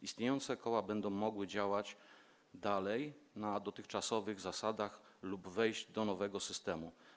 Istniejące koła będą mogły działać dalej na dotychczasowych zasadach lub wejść do nowego systemu.